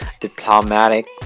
diplomatic